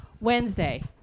Wednesday